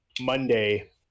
Monday